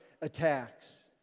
attacks